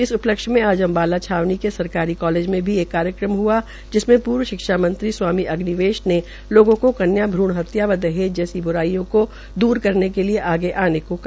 इस उपलक्ष्य में आज अम्बाला छावनी के सरकारी कालेज मे भी कार्यक्रम हआ जिसमे प्र्व शिक्षा मंत्री स्वामी अग्निवेश ने लोगों को कन्या भूण हत्या व दहेज जैसी ब्राईयों को दूर करने के लिए आयोग आने को कहा